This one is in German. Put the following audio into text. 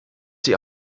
sie